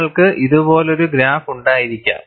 നിങ്ങൾക്ക് ഇതുപോലൊരു ഗ്രാഫ് ഉണ്ടായിരിക്കാം